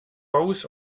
both